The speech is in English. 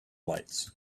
lights